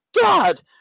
God